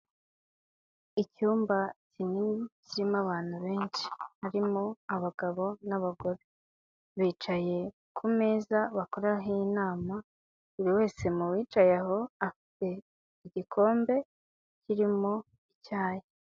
Icyumba kinini kirimo abantu benshi harimo abagabo n'abagore, bicaye ku meza bakoraho inama, buri wese mu bicaye aho afite igikombe kirimo icyayi.